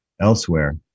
elsewhere